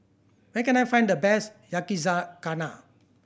where can I find the best Yakizakana